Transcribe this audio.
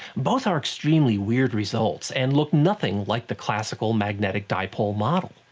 both are extremely weird results, and look nothing like the classical magnetic dipole model.